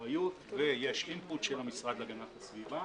יש אחריות ויש אינפוט של המשרד להגנת הסביבה.